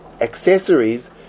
accessories